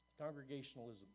Congregationalism